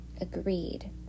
agreed